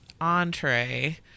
entree